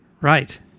Right